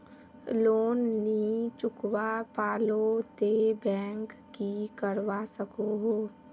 Loan नी चुकवा पालो ते बैंक की करवा सकोहो?